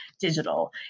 digital